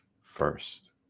first